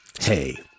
Hey